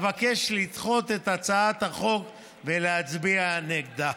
אבקש לדחות את הצעת החוק ולהצביע נגדה.